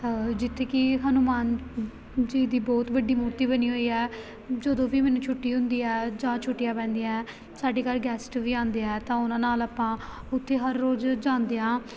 ਜਿੱਥੇ ਕਿ ਹਨੂੰਮਾਨ ਜੀ ਦੀ ਬਹੁਤ ਵੱਡੀ ਮੂਰਤੀ ਬਣੀ ਹੋਈ ਹੈ ਜਦੋਂ ਵੀ ਮੈਨੂੰ ਛੁੱਟੀ ਹੁੰਦੀ ਹੈ ਜਾਂ ਛੁੱਟੀਆਂ ਪੈਂਦੀਆਂ ਹੈ ਸਾਡੇ ਘਰ ਗੈਸਟ ਵੀ ਆਉਂਦੇ ਹੈ ਤਾਂ ਉਹਨਾਂ ਨਾਲ ਆਪਾਂ ਉੱਥੇ ਹਰ ਰੋਜ਼ ਜਾਂਦੇ ਹਾਂ